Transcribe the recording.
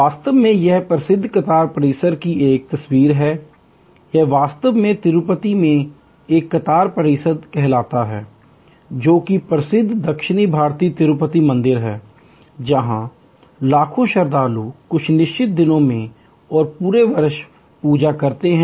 वास्तव में यह प्रसिद्ध कतार परिसर की एक तस्वीर है यह वास्तव में तिरुपति में एक कतार परिसर कहलाता है जो कि प्रसिद्ध दक्षिण भारतीय तिरुपति मंदिर है जहाँ लाखों श्रद्धालु कुछ निश्चित दिनों में और पूरे वर्ष भर पूजा करते हैं